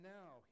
now